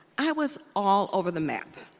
i was all over the map.